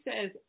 says